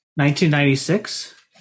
1996